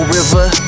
River